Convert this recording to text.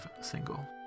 single